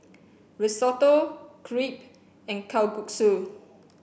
Risotto Crepe and Kalguksu